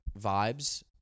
vibes